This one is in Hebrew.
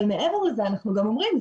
אבל מעבר לזה אנחנו גם אומרים,